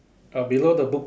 uh below the book